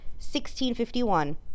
1651